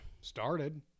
Started